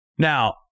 Now